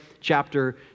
chapter